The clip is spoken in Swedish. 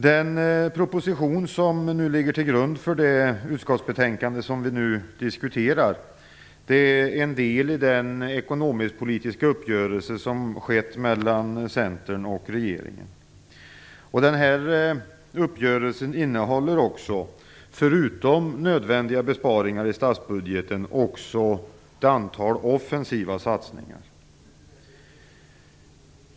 Den proposition som ligger till grund för det utskottsbetänkande som vi nu diskuterar är en del i den ekonomisk-politiska uppgörelse som skett mellan Centern och regeringen. Den här uppgörelsen innehåller också, förutom nödvändiga besparingar i statsbudgeten, också ett antal offensiva satsningar.